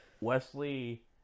Wesley